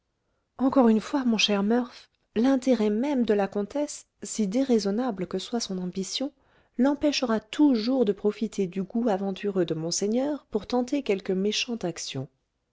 encore une fois mon cher murph l'intérêt même de la comtesse si déraisonnable que soit son ambition l'empêchera toujours de profiter du goût aventureux de monseigneur pour tenter quelque méchante action